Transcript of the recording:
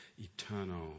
eternal